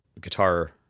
guitar